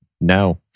No